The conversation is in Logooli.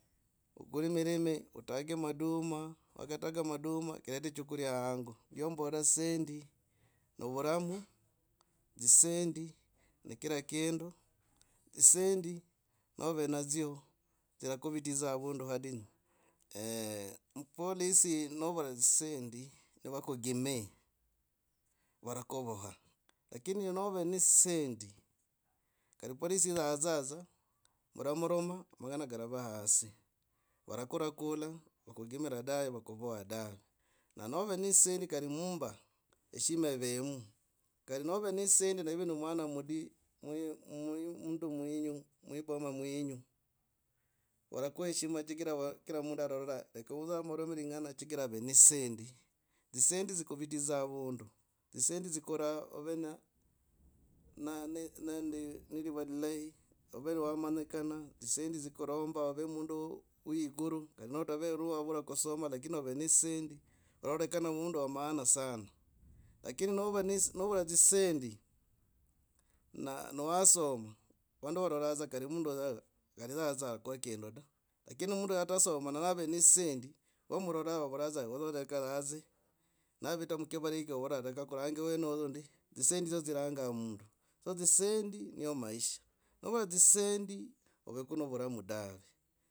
Okuri mirimi otage maduma. wakataga maduma, kirete choguria hango lyombola dzisendi novuramu. dzisendi ni kira kindu. dzisendi nove nadzyo, dzirakuvitidza avunde hadinyu. mupolisi novura dzisendi nikagumii varakuvaha lakini nove ne dzisendi kari polisi la saza muramoroma mangana karaua hasi varakurakula vakugimira dahe vakuvoha dave. Na ne ove ne dzisendi kari mumba heshima ivemu kari nove dzisend ne ive nomwana mudi mundu mwenyu mwiboma mwenyu varakwa heshima chigira va kira mundu atarora laka oyu dza amorome lingana chigira ave ne dzisend. Ozisendi dzikutidza avundu dziscendi zikoraa oven a no nende neliva lilahi ove wamanyikana dziscendi dzi kuromba ov mundu wa ikuru notave wavura kusoma lakini ov ne dzisendi ororekana mundu wa maana sana. Lakini novaini novura dzisendi na nawasoma vandu varroa dza kari mundu oyokari adza kukwaa kindu da. Lakini novaini novura dzisendi na nawasoma vandu varora dza odza kuikara hasi navita mukivara eki vavora raka kurange mwonoyo ndi dziscendi dzyo dziranga mundu so dzisendi nio maisha. novura dzisendi oveko novoramu dave.